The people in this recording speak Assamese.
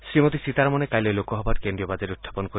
শ্ৰীমতী সীতাৰমনে কাইলৈ লোকসভাত কেন্দ্ৰীয় বাজেট উখাপন কৰিব